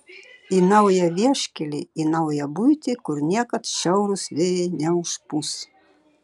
į naują vieškelį į naują buitį kur niekad šiaurūs vėjai neužpūs